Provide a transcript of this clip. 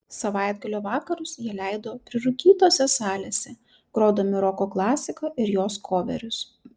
savaitgalio vakarus jie leido prirūkytose salėse grodami roko klasiką ir jos koverius